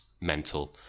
mental